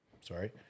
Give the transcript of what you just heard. Sorry